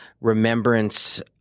remembrance